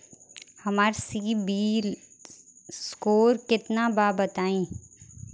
हमार सीबील स्कोर केतना बा बताईं?